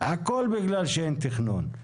הכל בגלל שאין תכנון.